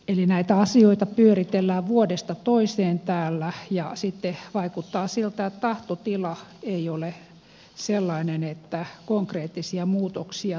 eli näitä asioita pyöritellään vuodesta toiseen täällä ja sitten vaikuttaa siltä että tahtotila ei ole sellainen että konkreettisia muutoksia tulisi